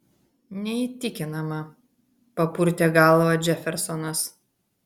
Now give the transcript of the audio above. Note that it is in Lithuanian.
neįtikinama papurtė galvą džefersonas